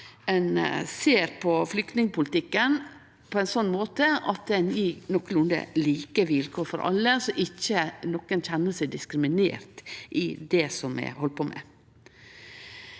ein ser på flyktningpolitikken på ein sånn måte at ein gjev nokolunde like vilkår for alle, så ingen kjenner seg diskriminert i det vi held på med.